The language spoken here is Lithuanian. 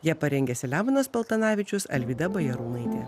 ją parengė selemonas paltanavičius alvyda bajarūnaitė